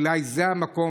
אולי זה המקום,